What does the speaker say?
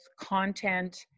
content